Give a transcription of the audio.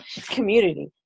community